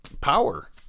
power